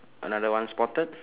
another one spotted